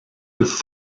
with